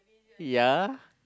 ya